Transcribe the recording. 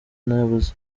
nyobozi